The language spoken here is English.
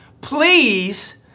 please